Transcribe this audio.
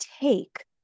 take